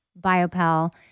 Biopel